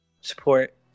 Support